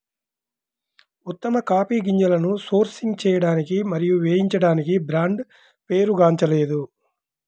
ఉత్తమ కాఫీ గింజలను సోర్సింగ్ చేయడానికి మరియు వేయించడానికి బ్రాండ్ పేరుగాంచలేదు